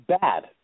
bad